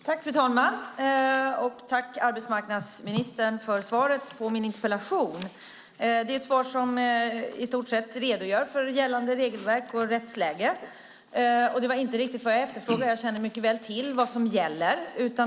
Fru talman! Tack, arbetsmarknadsministern, för svaret på min interpellation! Det är ett svar som i stort sett redogör för gällande regelverk och rättsläge. Det var inte riktigt vad jag efterfrågade; jag känner mycket väl till vad som gäller.